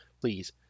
Please